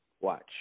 Watch